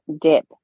dip